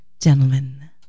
gentlemen